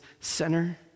center